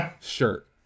shirt